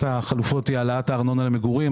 החלופות היא העלאת הארנונה למגורים.